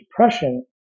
Depression